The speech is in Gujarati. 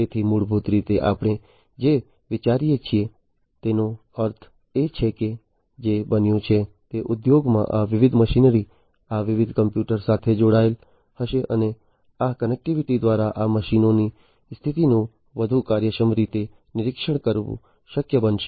તેથી મૂળભૂત રીતે આપણે જે વિચારીએ છીએ તેનો અર્થ એ છે કે જે બન્યું છે તે ઉદ્યોગોમાં આ વિવિધ મશીનરીઓ વિવિધ કમ્પ્યુટર્સ સાથે જોડાયેલ હશે અને આ કનેક્ટિવિટી દ્વારા આ મશીનોની સ્થિતિનું વધુ કાર્યક્ષમ રીતે નિરીક્ષણ કરવું શક્ય બનશે